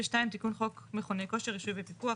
72. תיקון חוק מכוני כושר (רישוי ופיקוח).